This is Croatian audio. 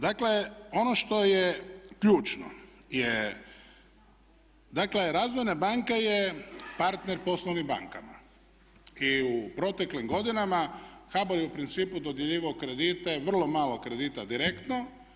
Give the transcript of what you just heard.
Dakle, ono što je ključno je, dakle Razvojna banka je partner poslovnim bankama i u proteklim godinama HBOR je u principu dodjeljivao kredite, vrlo malo kredita direktno.